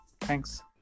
thanks